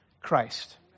Christ